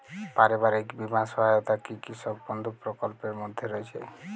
পারিবারিক বীমা সহায়তা কি কৃষক বন্ধু প্রকল্পের মধ্যে রয়েছে?